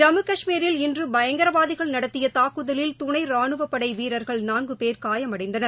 ஜம்மு கஷ்மீரில் இன்றுபயங்கரவாதிகள் நடத்தியதாக்குதலில் துளைராணுவப்படைவீரர்கள் நான்குபேர் காயமடைந்தனர்